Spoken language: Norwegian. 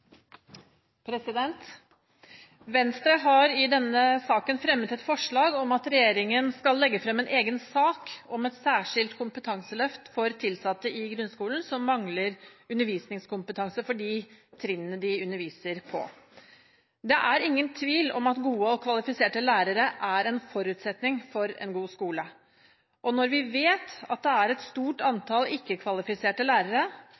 innstilling. Venstre har i denne saken fremmet et representantforslag om at regjeringen skal legge frem en egen sak om et særskilt kompetanseløft for tilsatte i grunnskolen som mangler undervisningskompetanse for de trinnene de underviser på. Det er ingen tvil om at gode og kvalifiserte lærere er en forutsetning for en god skole. Når vi vet at det er et stort antall ikke-kvalifiserte lærere